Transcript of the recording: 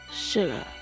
Sugar